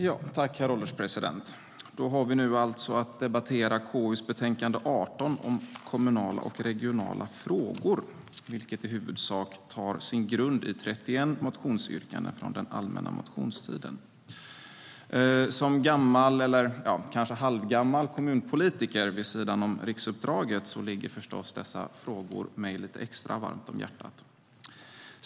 Herr ålderspresident! Vi har att debattera KU:s betänkande 18, Kommunala och regionala frågor, vilket i huvudsak har sin grund i 31 motionsyrkanden från den allmänna motionstiden. Som halvgammal kommunpolitiker vid sidan av riksdagsuppdraget ligger förstås dessa frågor mig lite extra varmt om hjärtat.